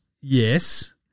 yes